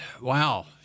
wow